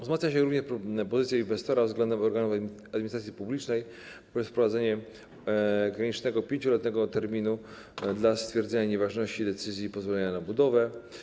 Wzmacnia się również pozycja inwestora względem organów administracji publicznej w związku z wprowadzeniem granicznego 5-letniego terminu dla stwierdzenia nieważności decyzji o pozwoleniu na budowę.